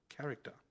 character